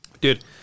Dude